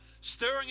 stirring